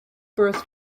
birth